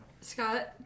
Scott